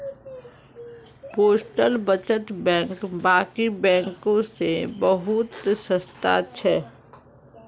postal बचत bank बाकी बैंकों से बहुत सस्ता छे